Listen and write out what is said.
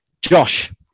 Josh